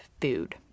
food